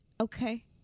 Okay